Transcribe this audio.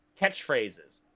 catchphrases